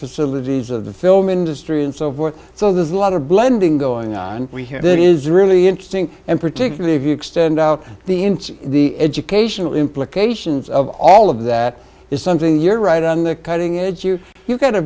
facilities of the film industry and so forth so there's a lot of blending going on we hear that is really interesting and particularly if you extend out the into the educational implications of all of that is something you're right on the cutting edge you you've got a